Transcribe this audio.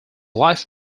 life